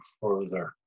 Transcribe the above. further